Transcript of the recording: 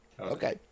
Okay